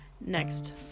next